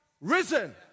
risen